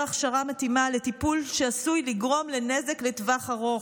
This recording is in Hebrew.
הכשרה מתאימה לטיפול שעשוי לגרום נזק לטווח ארוך.